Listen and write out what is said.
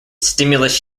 stimulus